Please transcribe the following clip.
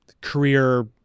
career